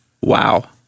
Wow